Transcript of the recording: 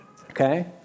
okay